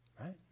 right